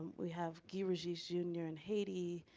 we have guy regis, jr. in haiti,